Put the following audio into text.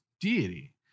deity